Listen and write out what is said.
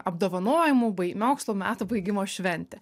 apdovanojimų bai mokslo metų baigimo šventė